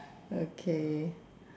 okay